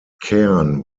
kern